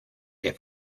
que